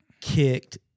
kicked